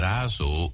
Razo